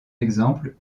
exemples